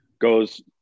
goes